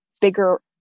bigger